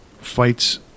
Fights